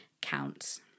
counts